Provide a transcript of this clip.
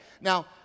Now